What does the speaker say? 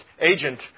agent